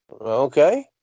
Okay